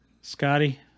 Scotty